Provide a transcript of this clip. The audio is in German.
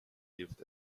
hilft